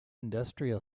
industrial